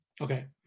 Okay